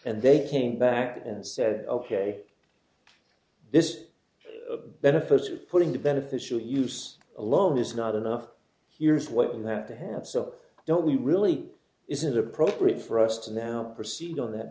and they came back and said ok this benefits of putting beneficial use alone is not enough here's what you have to have so don't really isn't appropriate for us to now proceed on that